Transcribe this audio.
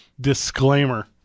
Disclaimer